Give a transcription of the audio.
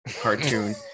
cartoon